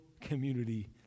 community